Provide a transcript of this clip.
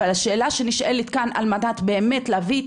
אבל השאלה שנשאלת כאן היא על מנת באמת להביא את